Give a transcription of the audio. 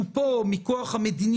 האם גברתי חושבת שחוק יכול לייצר אי